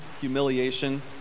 humiliation